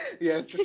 yes